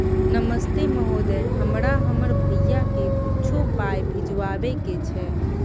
नमस्ते महोदय, हमरा हमर भैया के कुछो पाई भिजवावे के छै?